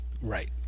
Right